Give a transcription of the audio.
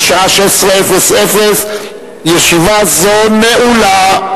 בשעה 16:00. ישיבה זו נעולה.